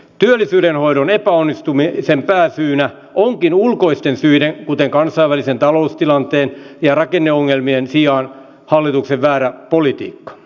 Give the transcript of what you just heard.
työllisyyden hoidon epäonnistumisen pääsyynä onkin ulkoisten syiden kuten kansainvälisen taloustilanteen ja rakenneongelmien sijaan hallituksen väärä politiikka